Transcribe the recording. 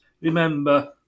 remember